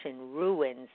ruins